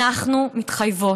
אנחנו מתחייבות,